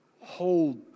hold